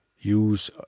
use